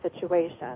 situation